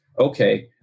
okay